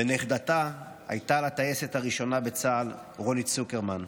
ונכדתה הייתה לטייסת הראשונה בצה"ל, רוני צוקרמן.